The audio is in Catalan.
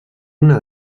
una